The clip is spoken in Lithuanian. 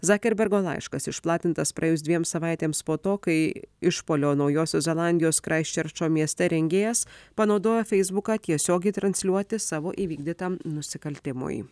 zakerbergo laiškas išplatintas praėjus dviem savaitėms po to kai išpuolio naujosios zelandijos kraistčerčo mieste rengėjas panaudojo feisbuką tiesiogiai transliuoti savo įvykdytam nusikaltimui